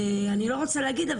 אני לא רוצה להגיד,